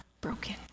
broken